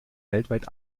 weltweit